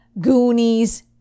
goonies